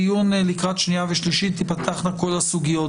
בדיון לקראת הקריאה השנייה והקריאה השלישית תפתחנה כל הסוגיות,